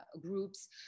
groups